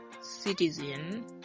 citizen